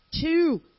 Two